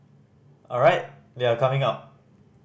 alright they are coming out